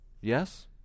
Yes